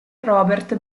robert